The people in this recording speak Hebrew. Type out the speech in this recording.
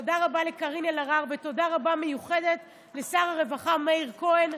תודה רבה לקארין אלהרר ותודה רבה מיוחדת לשר הרווחה מאיר כהן,